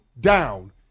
down